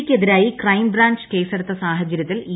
D യ്ക്കെതിരായി crime branch കേസെടുത്ത സാഹചര്യത്തിൽ ഇ